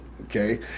okay